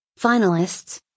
Finalists